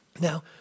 Now